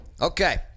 Okay